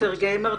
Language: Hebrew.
סרגי מרצ'נקו,